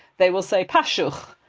they will say! pasiwch,